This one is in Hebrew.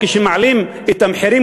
כשמעלים את המחירים,